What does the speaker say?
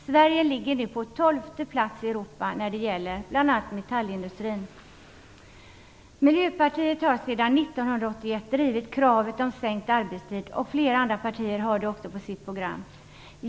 Sverige ligger nu på tolfte plats i Europa när det gäller bl.a. arbetstiden inom metallindustrin. Miljöpartiet har sedan 1981 drivit kravet om sänkt arbetstid, och flera andra partier har det på sitt program.